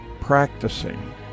practicing